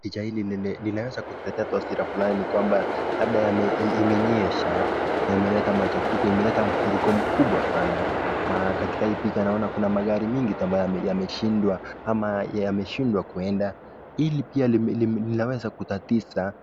Picha hili linaweza kutuletea taswira fulani kwamba labda imenyesha na imeleta machafuko, imeleta mafuriko mkubwa sana. Katika hii picha naona kuwa magari mingi ambayo yameshindwa kuenda, hili pia linaweza kutatiza